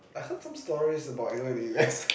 I heard some stories about you know in the U_S